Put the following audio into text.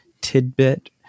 tidbit